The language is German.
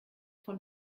von